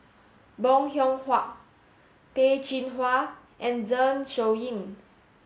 Bong Hiong Hwa Peh Chin Hua and Zeng Shouyin